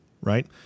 right